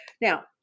Now